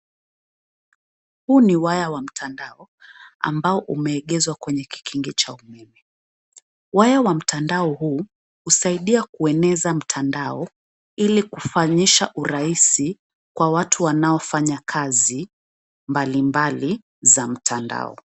Huu ni waya wa mtandao ambao umeegezwa kwenye kikingi cha umeme. Waya wa mtandao huu husaidia kueneza mtandao ili kufanyisha urahisi kwa watu wanaofanya kazi mbali mbali za mtandao.